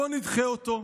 בואו נדחה אותו,